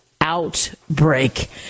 outbreak